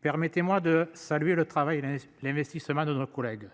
Permettez-moi de saluer le travail là. L'investissement de nos collègues,